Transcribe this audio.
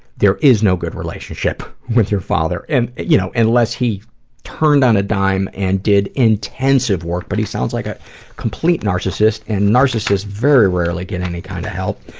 there is no good relationship with your father and you know and unless he turned on a dime and did intensive work but he sounds like a complete narcissist and narcissist rarely get any kind of help.